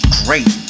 great